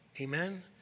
Amen